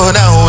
now